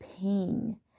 pain